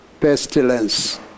pestilence